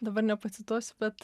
dabar nepacituosiu bet